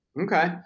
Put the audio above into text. Okay